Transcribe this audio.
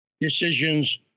decisions